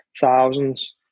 thousands